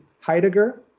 Heidegger